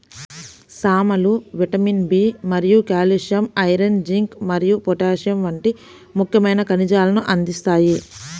సామలు vitamin B మరియు calcium, iron, zinc మరియు పొటాషియం వంటి ముఖ్యమైన ఖనిజాలను అందిస్తాయి